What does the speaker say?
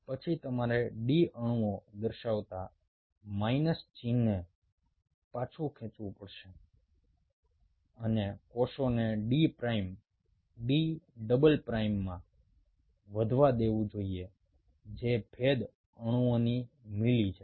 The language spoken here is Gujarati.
પછી તમારે D અણુઓ દર્શાવતા માઇનસ ચિહ્નને પાછું ખેંચવું પડશે અને કોષોને D પ્રાઇમ D ડબલ પ્રાઇમમાં વધવા દેવું જોઈએ જે ભેદ અણુઓની મિલિ છે